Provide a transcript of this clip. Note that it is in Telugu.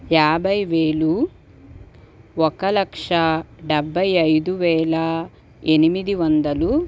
యాభై వేలు ఒక లక్షా డెబ్బై ఐదు వేల ఎనిమిది వందలు